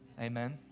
Amen